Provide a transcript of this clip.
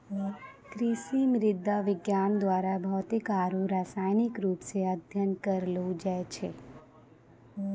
कृषि मृदा विज्ञान द्वारा भौतिक आरु रसायनिक रुप से अध्ययन करलो जाय छै